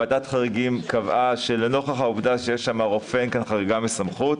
ועדת החריגים קבעה שלנוכח העובדה שיש שם רופא אין כאן חריגה מסמכות,